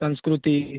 संस्कृती